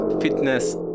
fitness